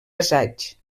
assaig